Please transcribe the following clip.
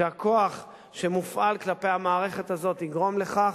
שהכוח שמופעל כלפי המערכת הזאת יגרום לכך